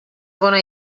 bona